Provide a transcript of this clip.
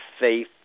faith